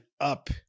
up